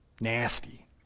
nasty